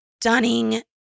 stunning